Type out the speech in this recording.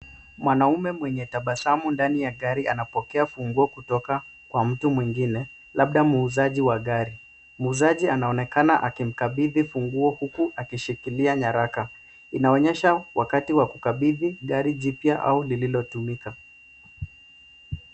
Mwanaume mwenye tabasamu ndani ya gari anapokea funguo kutoka kwa mtu mwingine, labda muuzaji wa gari. Muuzaji anaonekana akimkabidhi funguo huku akishikilia nyaraka. Inaonyesha wakati wa kukabidhi gari jipya au lililokamilika.